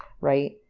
right